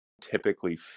typically